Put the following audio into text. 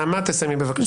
נעמה, תסיימי, בבקשה.